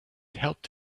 helped